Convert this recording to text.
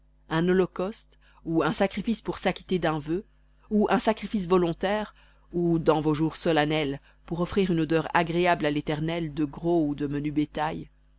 un holocauste ou un sacrifice pour s'acquitter d'un vœu ou un sacrifice volontaire ou dans vos jours solennels pour offrir une odeur agréable à l'éternel de gros ou de menu bétail